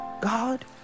God